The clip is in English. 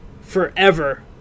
Forever